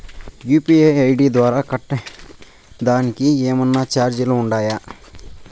UPI ID ద్వారా కట్టేదానికి ఏమన్నా చార్జీలు ఉండాయా?